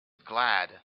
glad